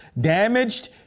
damaged